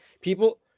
People